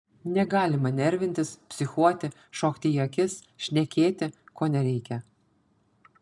negalima nervintis psichuoti šokti į akis šnekėti ko nereikia